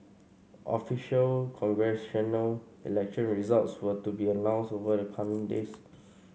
official congressional election results were to be announced over the coming days